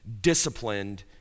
disciplined